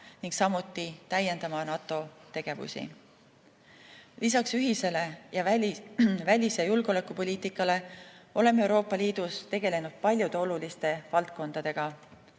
ning samuti täiendama NATO tegevusi. Lisaks ühisele välis‑ ja julgeolekupoliitikale oleme Euroopa Liidus tegelenud paljude oluliste valdkondadega.